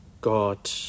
God